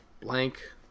blank